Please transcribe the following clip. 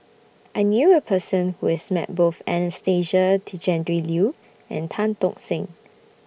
I knew A Person Who has Met Both Anastasia Tjendri Liew and Tan Tock Seng